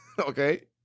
Okay